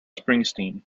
springsteen